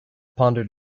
pondered